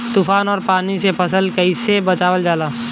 तुफान और पानी से फसल के कईसे बचावल जाला?